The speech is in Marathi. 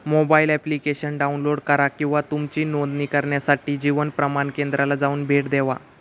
मोबाईल एप्लिकेशन डाउनलोड करा किंवा तुमची नोंदणी करण्यासाठी जीवन प्रमाण केंद्राला जाऊन भेट देवा